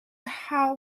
how